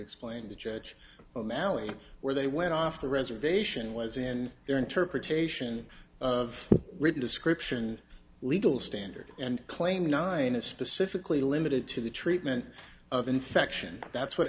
explain the church or malli where they went off the reservation was in their interpretation of written description legal standard and claim nine is specifically limited to the treatment of infection that's what